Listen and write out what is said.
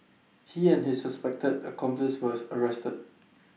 he and his suspected accomplice was arrested